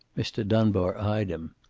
mr. dunbar eyed him.